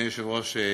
היושב-ראש,